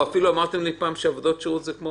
אמרתם לי פעם שגם עבודות שירות זה כמו